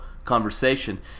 conversation